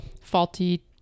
faulty